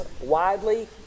widely